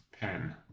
pen